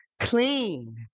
clean